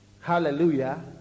hallelujah